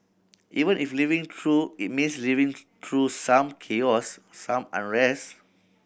even if living through it means living through some chaos some unrest